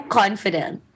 confident